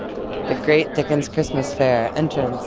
the great dickens christmas fair entrance.